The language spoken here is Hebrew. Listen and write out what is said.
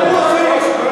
טוב.